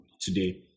today